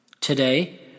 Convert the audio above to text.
Today